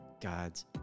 God's